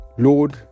Lord